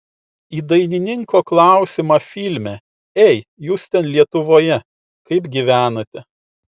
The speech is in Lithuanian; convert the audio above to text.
į dainininko klausimą filme ei jūs ten lietuvoje kaip gyvenate